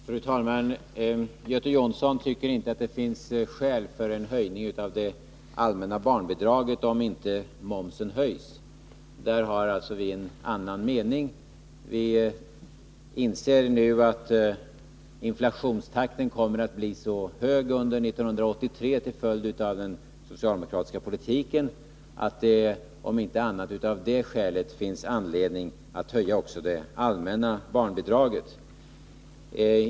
Fru talman! Göte Jonsson tycker inte att det finns skäl för en höjning av det allmänna barnbidraget om inte momsen höjs. På den punkten har vi en annan mening. Vi inser nu att inflationstakten under 1983 till följd av den socialdemokratiska politiken kommer att bli så hög, att det enbart av det skälet finns anledning att höja det allmänna barnbidraget.